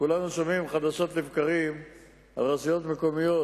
כולנו שומעים חדשות לבקרים על רשויות מקומיות